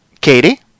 Katie